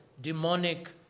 demonic